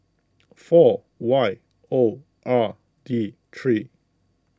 four Y O R D three